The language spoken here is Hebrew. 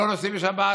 לא נוסעות בשבת,